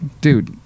dude